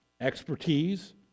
expertise